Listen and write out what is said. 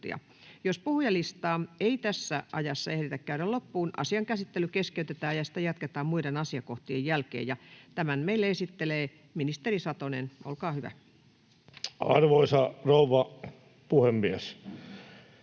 Jos puhujalistaa ei tässä ajassa ehditä käydä loppuun, asian käsittely keskeytetään ja sitä jatketaan muiden asiakohtien jälkeen. — Ministeri Satonen, olkaa hyvä. [Speech 117] Speaker: